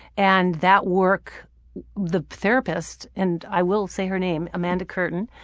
and that work the therapist, and i will say her name, amanda curtin,